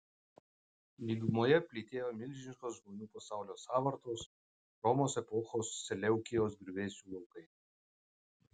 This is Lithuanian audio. lygumoje plytėjo milžiniškos žmonių pasaulio sąvartos romos epochos seleukijos griuvėsių laukai